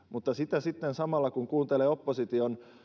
mutta sitten samalla kun kuuntelee opposition